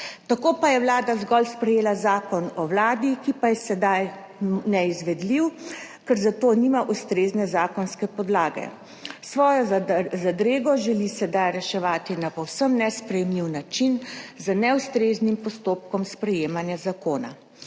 Tako pa je Vlada zgolj sprejela Zakon o Vadi, ki pa je sedaj neizvedljiv, ker za to nima ustrezne zakonske podlage. Svojo zadrego želi sedaj reševati na povsem nesprejemljiv način, z neustreznim postopkom sprejemanja zakona.